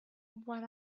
what